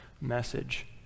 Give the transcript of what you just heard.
message